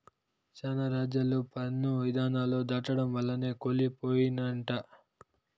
శానా రాజ్యాలు పన్ను ఇధానాలు దాటడం వల్లనే కూలి పోయినయంట